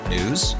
News